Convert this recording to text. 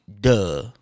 duh